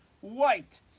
white